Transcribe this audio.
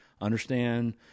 understand